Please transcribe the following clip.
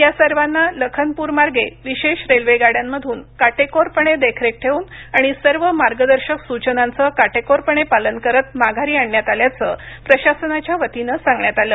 या सर्वांना लखनपूर मार्गे विशेष रेल्वे गाड्यांमधून काटेकोरपणे देखरेख ठेवून आणि सर्व मार्गदर्शक सूचनांचं काटेकोरपणे पालन करत माघारी आणण्यात आल्याचं प्रशासनाच्या वतीनं सांगण्यात आलं